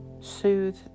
Soothe